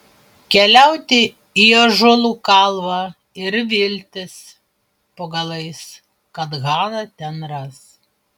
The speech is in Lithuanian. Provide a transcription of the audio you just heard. keliauti į ąžuolų kalvą ir viltis po galais kad haną ten ras